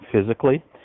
physically